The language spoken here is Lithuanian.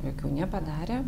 jokių nepadarė